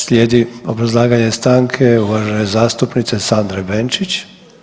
Slijedi obrazlaganje stanke uvažene zastupnice Sandre Benčić.